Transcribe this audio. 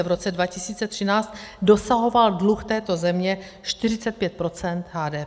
V roce 2013 dosahoval dluh této země 45 % HDP.